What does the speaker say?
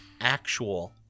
actual